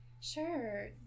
Sure